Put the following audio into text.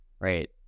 right